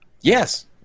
Yes